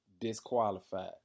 disqualified